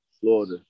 Florida